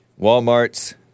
Walmarts